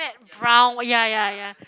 brown ya ya ya